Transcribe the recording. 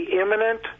imminent